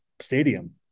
stadium